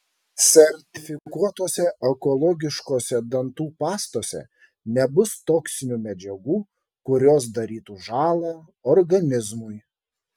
sertifikuotose ekologiškose dantų pastose nebus toksinių medžiagų kurios darytų žąlą organizmui